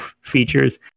features